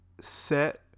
set